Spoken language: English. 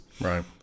Right